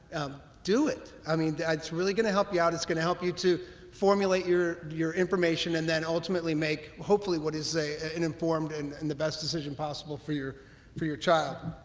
do it. i mean it's really going to help you out it's going to help you to formulate your your information and then ultimately make hopefully what is a and informed and and the best decision possible for your for your child.